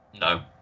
no